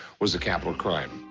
was a capital crime,